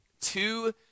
two